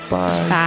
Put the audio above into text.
Bye